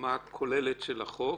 ברמה הכוללת של החוק.